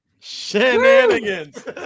shenanigans